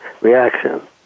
reaction